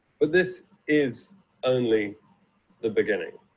but this is only the beginning.